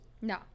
No